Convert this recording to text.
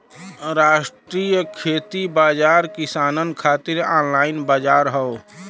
राष्ट्रीय खेती बाजार किसानन खातिर ऑनलाइन बजार हौ